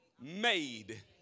made